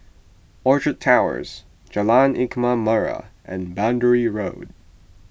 Orchard Towers Jalan Ikan Merah and Boundary Road